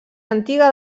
antiga